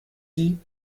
sie